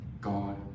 God